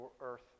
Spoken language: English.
earth